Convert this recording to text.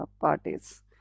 parties